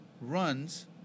runs